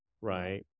right